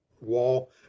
wall